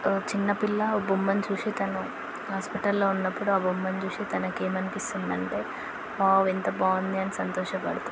చిన్నపిల్ల ఓ బొమ్మను చూసి తను హాస్పిటల్లో ఉన్నప్పుడు ఆ బొమ్మను చూసి తనకి ఏమి అనిపిస్తుందంటే వావ్ ఎంత బాగుంది అని సంతోష పడుతుంది